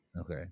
Okay